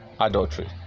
adultery